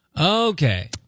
okay